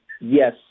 Yes